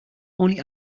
only